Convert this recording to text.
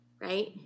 right